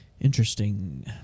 Interesting